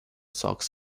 sox